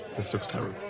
this looks terrible.